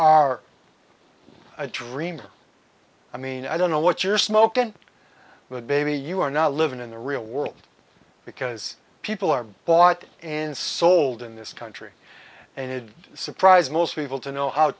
are a dreamer i mean i don't know what you're smoking with baby you are not living in the real world because people are bought and sold in this country and it would surprise most people to know how